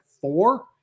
four